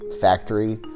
factory